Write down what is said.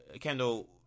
Kendall